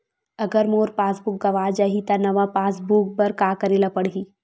अगर मोर passbook गवां जाहि त नवा पास बुक बर का करे ल पड़हि?